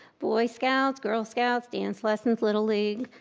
boy scouts, girl scouts, dance lessons, little league,